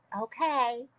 Okay